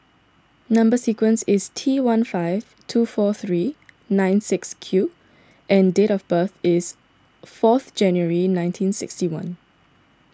Number Sequence is T one five two four three nine six Q and date of birth is fourth January nineteen sixty one